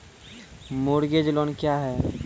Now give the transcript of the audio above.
Mortgage loan क्या है?